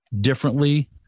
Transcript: differently